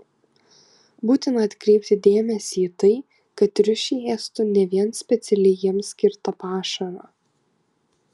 būtina atkreipti dėmesį į tai kad triušiai ėstų ne vien specialiai jiems skirtą pašarą